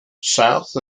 south